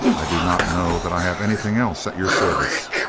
i do not know that i have anything else at your service.